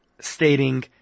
stating